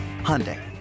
Hyundai